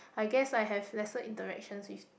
I guess I have lesser interactions with